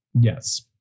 Yes